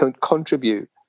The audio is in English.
contribute